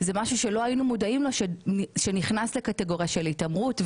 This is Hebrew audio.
זה משהו שלא היינו מודעים לו ונכנס לקטגוריה של התעמרות,